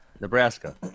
Nebraska